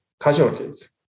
casualties